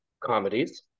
comedies